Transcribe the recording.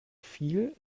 viel